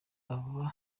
aba